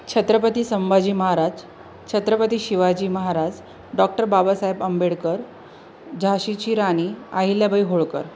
Chhatrapati Sambhaji Maharaj Chhatrapati Shivaji Maharaj doctor Babasaheb Ambedkar झाशीची राणी अहिल्याबाई होळकर